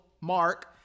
mark